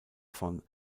von